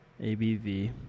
ABV